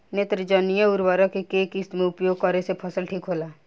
नेत्रजनीय उर्वरक के केय किस्त मे उपयोग करे से फसल ठीक होला?